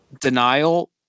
Denial